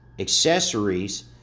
Accessories